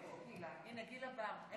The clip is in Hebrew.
הינה, גילה באה.